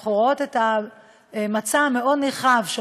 ואנחנו רואות את המצע המאוד-נרחב של